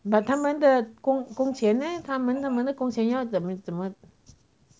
but 他们的工工钱 leh 那他们他们的工钱要怎么怎么